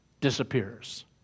disappears